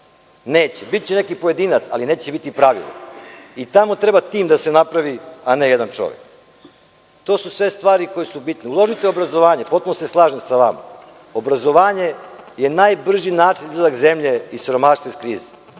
Neće, biće nekih pojedinaca, ali neće biti pravilo. Tamo treba tim da se napravi, a ne jedan čovek. To su sve stvari koje su bitne. Uložite u obrazovanje, potpuno se slažem sa vama. Obrazovanje je najbrži način za izlazak zemlje iz siromaštva i iz krize.